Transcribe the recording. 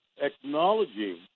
acknowledging